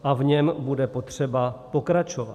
A v něm bude potřeba pokračovat.